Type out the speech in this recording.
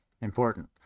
Important